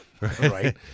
right